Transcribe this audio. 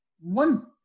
One